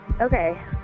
Okay